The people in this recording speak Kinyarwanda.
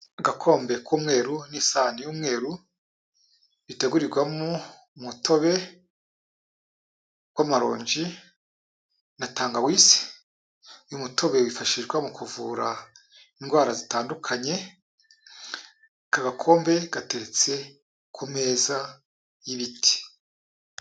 Agakombe k'umweru n'isahani y'umweru bitegurirwamo umutobe w'amaronji na tangawizi, uyu mutobe wifashishwa mu kuvura indwara zitandukanye, aka gakombe gateretse ku meza y'ibiti.